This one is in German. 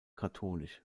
katholisch